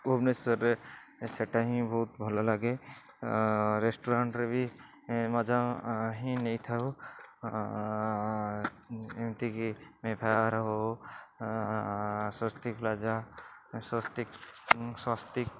ଭୁବନେଶ୍ୱରରେ ସେଇଟା ହିଁ ବହୁତ ଭଲ ଲାଗେ ରେଷ୍ଟରୁରାଣ୍ଟରେ ବି ମଜା ହିଁ ନେଇଥାଉ ଏମତି କି ମେଫେୟାର୍ ହଉ ସ୍ୱସ୍ତିପ୍ଲାଜା ସ୍ୱସ୍ତିକ୍ ସ୍ୱସ୍ତିକ୍